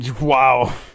Wow